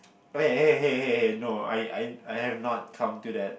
okay hey hey hey hey no I I I have not come to that